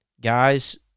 Guys